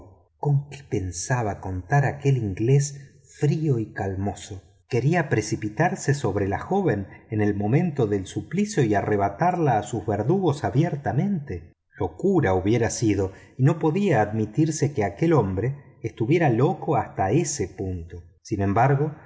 con qué pensaba contar aquel inglés frío y calmoso quería precipitarse sobre la joven en el momento del suplicio y arrebatarla a sus verdugos abiertamete locura hubiera sido y no podía admitirse que aquel hombre estuviera loco hasta ese extremo sin embargo